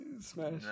Smash